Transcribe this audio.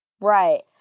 Right